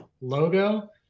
logo